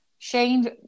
Shane